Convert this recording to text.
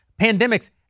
Pandemics